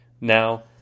now